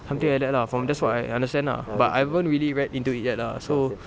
something like that lah from that's what I understand lah but I haven't really read into it yet lah so